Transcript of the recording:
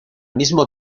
mismo